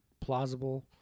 Plausible